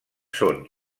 són